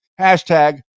hashtag